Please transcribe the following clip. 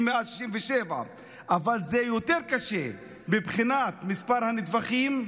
מאז 67'. אבל זה יותר קשה מבחינת מספר הנטבחים,